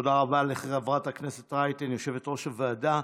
תודה רבה לחברת הכנסת רייטן, יושבת-ראש הוועדה.